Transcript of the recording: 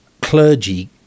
clergy